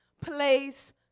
place